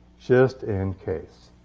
just in case.